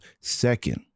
Second